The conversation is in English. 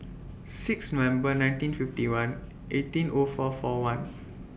six November nineteen fifty one eighteen O four four one